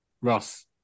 Ross